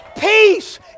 Peace